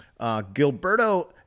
Gilberto